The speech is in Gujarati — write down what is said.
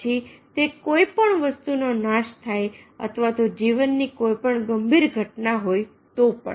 પછી તે કોઈ પણ વસ્તુનો નાશ થાય અથવા તો જીવનની કોઈ પણ ગંભીર ઘટના હોય તો પણ